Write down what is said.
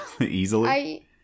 easily